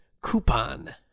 coupon